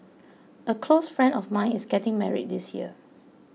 a close friend of mine is getting married this year